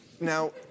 Now